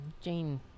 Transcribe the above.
Jane